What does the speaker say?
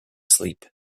sleep